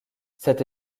cette